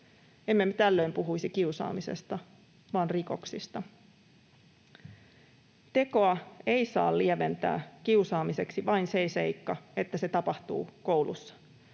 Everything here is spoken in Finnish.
Emme me tällöin puhuisi kiusaamisesta vaan rikoksista. Tekoa ei saa lieventää kiusaamiseksi vain se seikka, että se tapahtuu koulussa.